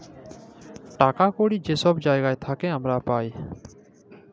টাকা কড়হি যে ছব জায়গার থ্যাইকে আমরা পাই